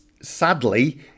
sadly